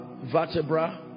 vertebra